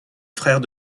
frère